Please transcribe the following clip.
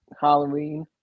Halloween